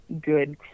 good